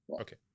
Okay